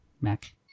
Mac